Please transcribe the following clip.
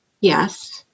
Yes